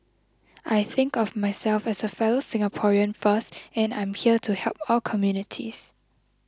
I think of myself as a fellow Singaporean first and I'm here to help all communities